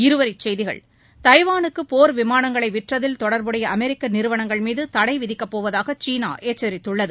இருவரிச் செய்திகள் தைவானுக்கு போர் விமானங்களை விற்றதில் தொடர்புடைய அமெரிக்க நிறுவனங்கள் மீது தடை விதிக்கப்போவதாக சீனா எச்சரித்துள்ளது